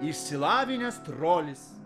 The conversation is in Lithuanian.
išsilavinęs trolis